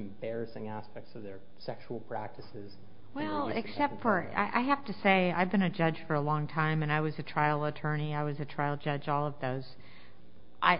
embarrassing aspects of their sexual practices well except for i have to say i've been a judge for a long time and i was a trial attorney i was a trial judge all of those i